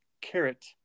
carrot